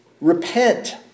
repent